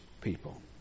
people